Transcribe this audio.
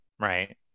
right